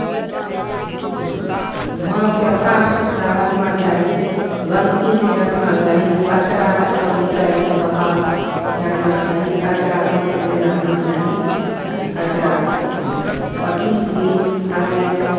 हँ घरकेँ साफ सुथरा रखना चाही गन्दगी नहि रखना चाही कचड़ासभ निकालि कऽ बाहर फेँकना चाही कचड़ा घरमे नहि रहना चाही कचड़ा प्रत्येक दिन फनाइल